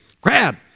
Grab